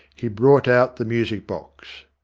he brought out the music box.